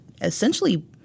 essentially